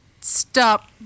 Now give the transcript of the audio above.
stop